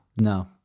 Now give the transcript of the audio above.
no